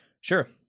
Sure